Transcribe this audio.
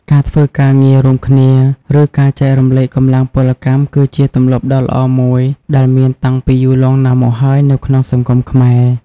ការធ្វើការងាររួមគ្នា ឬការចែករំលែកកម្លាំងពលកម្ម គឺជាទម្លាប់ដ៏ល្អមួយដែលមានតាំងពីយូរលង់ណាស់មកហើយនៅក្នុងសង្គមខ្មែរ។